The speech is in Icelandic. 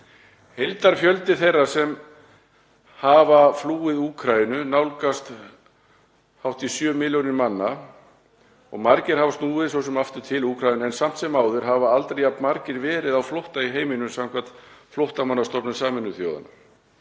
Heildarfjöldi þeirra sem hafa flúið Úkraínu nálgast hátt í 7 milljónir manna, margir hafa svo sem snúið aftur til Úkraínu en samt sem áður hafa aldrei jafn margir verið á flótta í heiminum samkvæmt Flóttamannastofnun Sameinuðu þjóðanna.